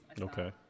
Okay